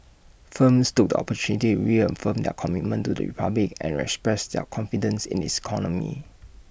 firms took opportunity reaffirm their commitment to the republic and express their confidence in its economy